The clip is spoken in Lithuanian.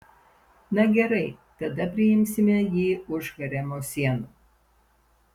na gerai tada priimsime jį už haremo sienų